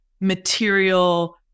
material